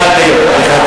בדיחת היום.